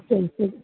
ഓ ശരി